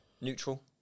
neutral